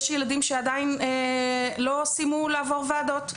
יש ילדים שעדיין לא סיימו לעבור ועדות,